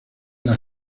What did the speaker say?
las